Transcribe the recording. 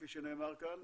כפי שנאמר כאן,